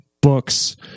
books